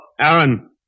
Aaron